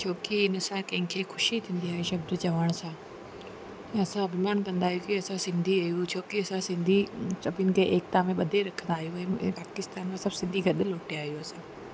छो की हिनसां कंहिंखे ख़ुशी थींदी आहे शब्द चवण सां असां अभिमानु कंदा आहियूं की असां सिंधी आहियूं छो की असां सिंधी सभिनि खे एकता में ॿधे रखंदा आहियूं पाकिस्तान मां सभु सिंधी गॾु मोटिया आहियूं असां